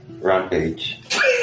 rampage